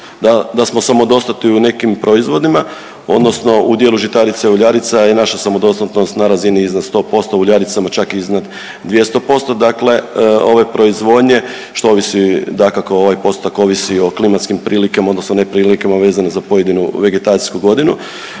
da smo samodostatni u nekim proizvodima odnosno u dijelu žitarica i uljarica je naša samodostatnost na razini iznad 100%, u uljaricama čak iznad 200%, dakle ove proizvodnje što ovisi, dakako ovaj postotak ovisi o klimatskim prilikama odnosno neprilikama vezani za pojedinu vegetacijsku godinu.